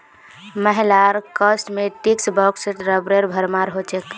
महिलार कॉस्मेटिक्स बॉक्सत रबरेर भरमार हो छेक